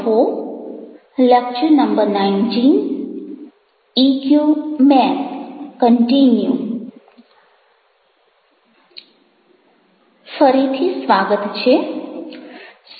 ફરીથી સ્વાગત છે